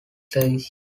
service